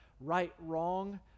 right-wrong